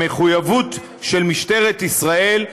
המחויבות של משטרת ישראל,